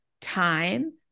time